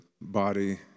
body